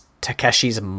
Takeshi's